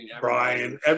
Brian